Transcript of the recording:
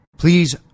Please